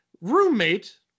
roommate